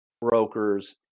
brokers